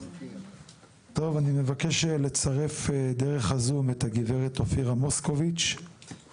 אני מבקש לצרף ב- Zoom את הגברת אופירה מוסקוביץ׳